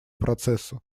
процессу